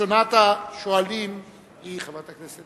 חבר הכנסת